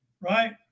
right